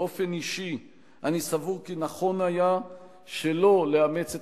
באופן אישי אני סבור כי נכון היה שלא לאמץ את